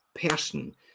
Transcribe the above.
person